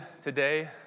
today